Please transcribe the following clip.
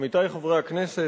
עמיתי חברי הכנסת,